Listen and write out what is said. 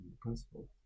principle